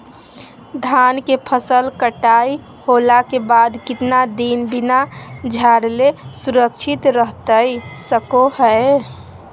धान के फसल कटाई होला के बाद कितना दिन बिना झाड़ले सुरक्षित रहतई सको हय?